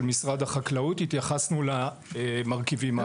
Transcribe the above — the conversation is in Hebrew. משרד החקלאות התייחסנו למרכיבים האחרים.